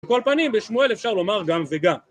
בכל פנים בשמואל אפשר לומר גם וגם.